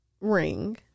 ring